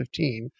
2015